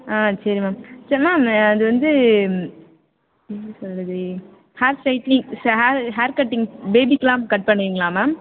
ஆ சரி மேம் சரி மேம் அது வந்து என்ன சொல்வது hair straightening hair hair cutting பேபிக்க்கெலாம் கட் பண்ணுவீங்களா மேம்